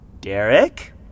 Derek